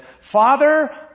Father